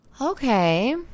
Okay